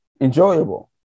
enjoyable